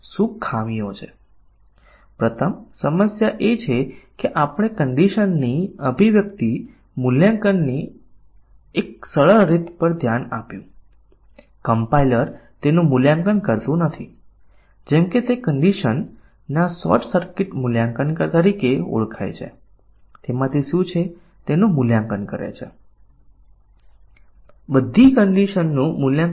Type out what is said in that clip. બધા વિધાનોને આવરી લેવામાં આવ્યા છે કે કેમ તે ચકાસવા માટે આપણે ફક્ત એક નાનું ટૂલ લખી શકીએ છીએ અને અમુક ટૂલ્સ ઉપલબ્ધ પણ છે ઓપન સોર્સ ટૂલ્સ જેમ કે g curve ઉપલબ્ધ છે પરંતુ આપણે આપણું પોતાનું ટૂલ લખી શકીએ છીએ જે ચકાસી શકે છે કે એક્ઝેક્યુટ કરેલા નિવેદનોની ટકાવારી શું છે